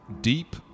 Deep